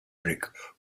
brick